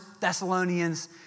Thessalonians